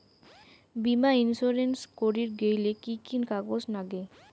বীমা ইন্সুরেন্স করির গেইলে কি কি কাগজ নাগে?